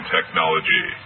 Technology